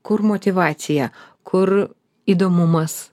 kur motyvacija kur įdomumas